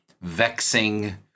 vexing